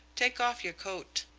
take off your coat.